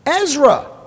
Ezra